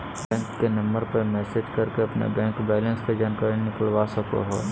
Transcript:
bank के number पर message करके अपन बैंक बैलेंस के जानकारी निकलवा सको हो